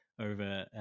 over